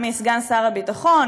גם מסגן שר הביטחון,